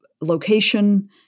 location